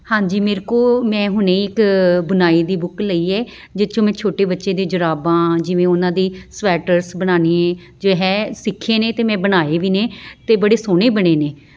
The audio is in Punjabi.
ਹਾਂਜੀ ਮੇਰੇ ਕੋਲ ਮੈਂ ਹੁਣੇ ਇੱਕ ਬੁਣਾਈ ਦੀ ਬੁੱਕ ਲਈ ਏ ਜਿਹ 'ਚੋਂ ਮੈਂ ਛੋਟੇ ਬੱਚੇ ਦੀ ਜੁਰਾਬਾਂ ਜਿਵੇਂ ਉਹਨਾਂ ਦੀ ਸਵੈਟਰਸ ਬਣਾਉਣੀ ਜੇ ਹੈ ਸਿੱਖੇ ਨੇ ਅਤੇ ਮੈਂ ਬਣਾਏ ਵੀ ਨੇ ਅਤੇ ਬੜੇ ਸੋਹਣੇ ਬਣੇ ਨੇ